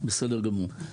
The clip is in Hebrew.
בסדר גמור.